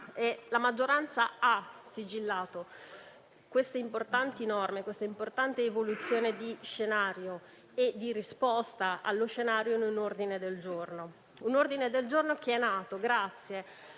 La maggioranza ha sigillato queste importanti norme e questa importante evoluzione di scenario e di risposta allo scenario in un ordine del giorno, che è nato grazie